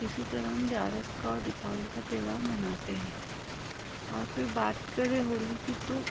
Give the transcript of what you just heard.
इसी तरह हम ग्यारस का दीपावली का त्यौहार मनाते हैं और फिर बात करें होली की तो